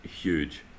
huge